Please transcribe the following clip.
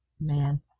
Man